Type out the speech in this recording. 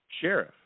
Sheriff